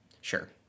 Sure